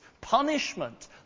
punishment